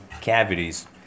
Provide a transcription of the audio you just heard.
cavities